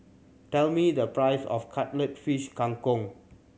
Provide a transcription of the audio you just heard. tell me the price of Cuttlefish Kang Kong